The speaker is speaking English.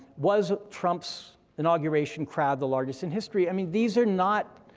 was trump's inauguration crowd the largest in history, i mean these are not,